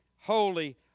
holy